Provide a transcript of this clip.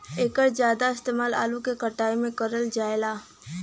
एकर जादा इस्तेमाल आलू के कटाई में करल जाला